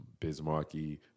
Bismarcky